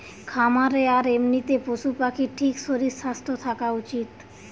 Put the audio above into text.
খামারে আর এমনিতে পশু পাখির ঠিক শরীর স্বাস্থ্য থাকা উচিত